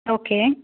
okay